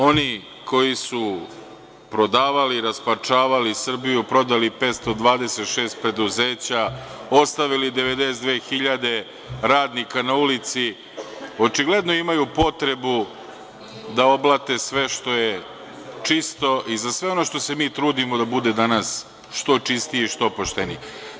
Oni koji su prodavali, rasparčavali Srbiju, prodali 526 preduzeća, ostavili 92.000 radnika na ulici, očigledno imaju potrebu da oblate sve što je čisto i za sve ono što se mi trudimo da bude danas što čistije i što poštenije.